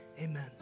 Amen